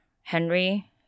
Henry